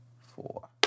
four